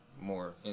more